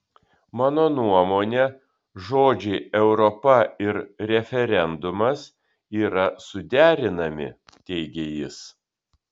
mano nuomone žodžiai europa ir referendumas yra suderinami teigė jis